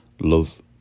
love